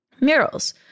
murals